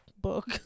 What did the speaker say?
book